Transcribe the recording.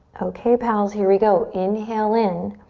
okay pals, here we go. inhale in.